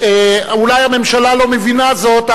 אולי הממשלה לא מבינה זאת,